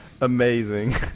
Amazing